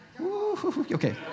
okay